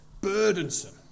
burdensome